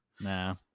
Nah